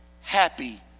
happy